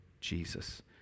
Jesus